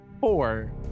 four